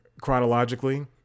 chronologically